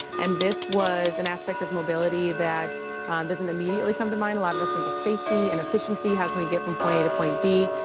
and this was an aspect of mobility that doesn't immediately come to mind. a lot of us think of safety and efficiency. how can we get from point a to point b?